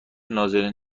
نازنین